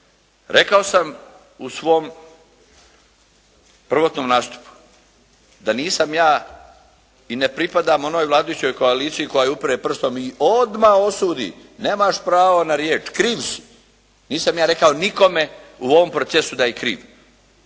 Rekao sam u svom prvotnom nastupu da nisam ja i ne pripadam onoj vladajućoj koaliciji koja upire prstom i odmah osudi nemaš pravo na riječ, kriv si. Nisam ja rekao nikome u ovom procesu da je kriv.